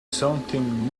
something